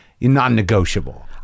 non-negotiable